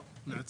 לא, היא נעצרה.